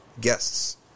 guests